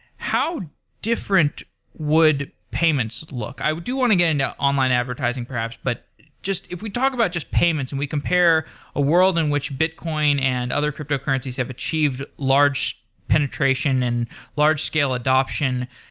how different would payments look? i do want to get into online advertising perhaps, but just if we talk about just payments and we compare a world in which bitcoin and other cryptocurrencies have achieved large penetration and large scale adoption,